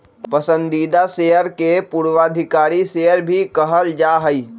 पसंदीदा शेयर के पूर्वाधिकारी शेयर भी कहल जा हई